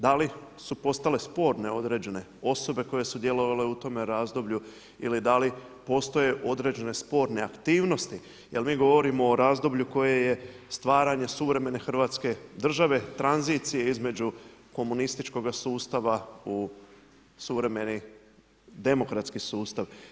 Da li su postale sporne određene osobe koje su sudjelovale u tome razdoblju ili da li postoje određene sporne aktivnosti jer mi govorimo o razdoblju koje je stvaranje hrvatske države, tranziciji između komunističkoga sustava u suvremeni demokratski sustav.